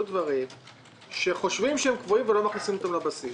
דברים שחושבים שהם קבועים ולא מכניסים אותם לבסיס.